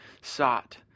sought